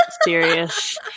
serious